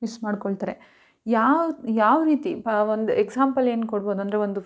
miss ಮಾಡಿಕೊಳ್ತಾರೆ ಯಾವ ಯಾವ ರೀತಿ ಒಂದು ಎಕ್ಸಾಂಪಲ್ ಏನು ಕೊಡ್ಬೋದು ಅಂದರೆ ಒಂದು